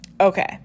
Okay